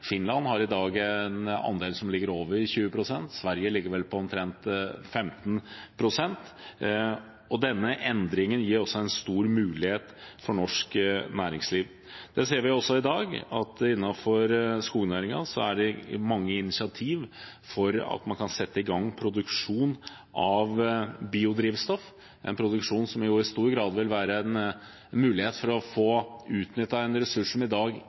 Finland har i dag en andel som ligger over 20 pst. og Sverige ligger vel på omtrent 15 pst. Denne endringen gir også en stor mulighet for norsk næringsliv. Vi ser i dag at innenfor skognæringen er det mange initiativ for at man kan sette i gang produksjon av biodrivstoff, en produksjon som i stor grad vil være en mulighet for å få utnyttet en ressurs som i dag